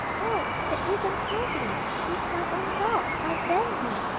oh, that isn't toby he's my own dog, my dandy,